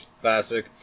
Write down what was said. Classic